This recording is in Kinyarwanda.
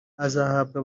azahabwa